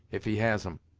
if he has em.